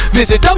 visit